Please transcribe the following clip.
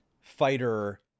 fighter